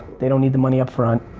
they don't need the money up front.